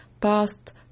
past